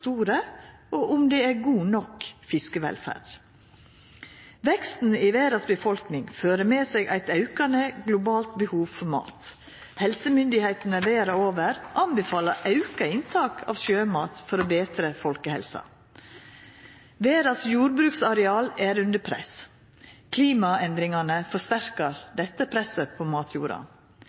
store, og om det er god nok fiskevelferd. Veksten i verdas befolkning fører med seg eit aukande globalt behov for mat. Helsemyndigheitene verda over anbefaler auka inntak av sjømat for å betra folkehelsa. Verdas jordbruksareal er under press. Klimaendringane forsterkar dette presset på matjorda.